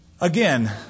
Again